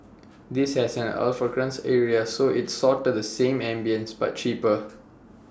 IT has an alfresco area so it's sorta the same ambience but cheaper